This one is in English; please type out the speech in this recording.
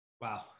Wow